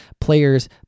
players